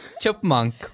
chipmunk